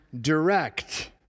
direct